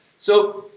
so,